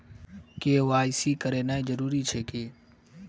KYC करानाइ जरूरी अछि की?